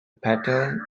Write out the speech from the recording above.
pattern